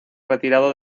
retirado